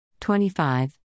25